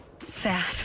Sad